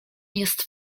jest